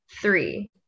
three